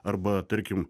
arba tarkim